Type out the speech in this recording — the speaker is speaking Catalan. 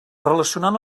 relacionant